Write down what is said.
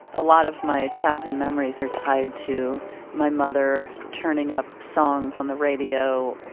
a lot of my childhood memories are tied to my mother turning up songs on the radio